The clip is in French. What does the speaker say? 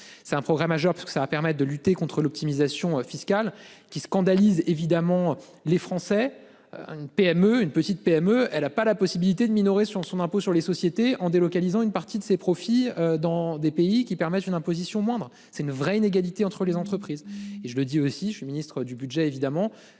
c'est un progrès majeur parce que ça permet de lutter contre l'optimisation fiscale qui scandalise évidemment les Français. Une PME une petite PME, elle a pas la possibilité de minorer sur son impôt sur les sociétés en délocalisant une partie de ses profits dans des pays qui permettent une imposition moindre. C'est une vraie inégalité entre les entreprises et je le dis aussi, je suis ministre du Budget, évidemment.